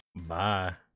Bye